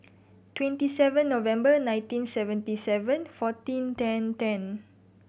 twenty seven November nineteen seventy seven fourteen ten ten